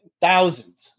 thousands